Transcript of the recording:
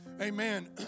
Amen